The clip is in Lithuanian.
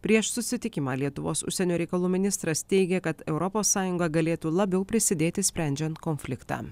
prieš susitikimą lietuvos užsienio reikalų ministras teigė kad europos sąjunga galėtų labiau prisidėti sprendžiant konfliktą